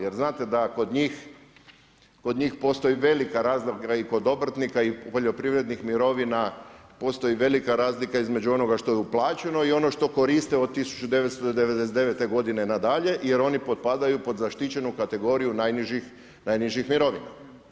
Jer znate da kod njih, kod njih postoji velika razlika i kod obrtnika i poljoprivrednih mirovina, postoji velika između onoga što je uplaćeno i ono što koriste od 1999. godine na dalje jer oni potpadaju pod zaštićenu kategoriju najnižih mirovina.